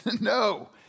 no